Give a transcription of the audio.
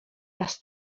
raz